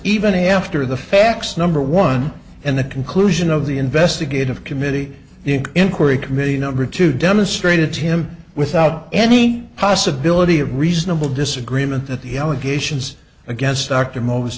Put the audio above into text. even a after the facts number one and the conclusion of the the investigative committee inquiry committee number two demonstrated to him without any possibility of reasonable disagreement that the allegations against dr most